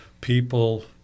People